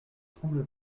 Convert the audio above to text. tremble